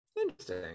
interesting